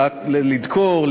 לדקור,